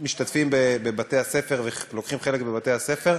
שמשתתפים בבתי-הספר ולוקחים חלק בבתי-הספר,